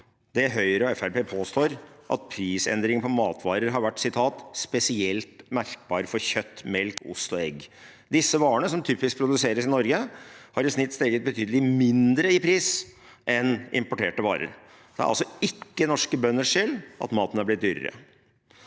Det Høyre og Fremskrittspartiet påstår, at prisendring på matvarer har vært «spesielt merkbar for kjøtt, melk, ost og egg», er rett og slett feil. Disse varene, som typisk produseres i Norge, har i snitt steget betydelig mindre i pris enn importerte varer. Det er altså ikke norske bønders skyld at maten er blitt dyrere.